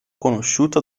conosciuta